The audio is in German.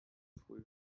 früh